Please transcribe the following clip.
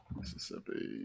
mississippi